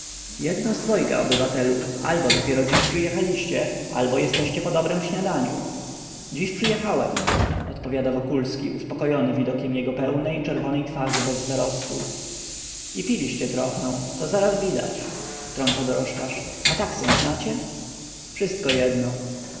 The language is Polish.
jedno z dwojga obywatelu albo dopiero dziś przyjechaliście albo jesteście po dobrem śniadaniu dziś przyjechałem odpowiada wokulski uspokojony widokiem jego pełnej czerwonej twarzy bez zarostu i piliście trochę to zaraz widać wtrąca dorożkarz a taksę znacie wszystko jedno